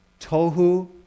Tohu